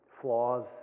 flaws